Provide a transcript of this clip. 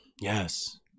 Yes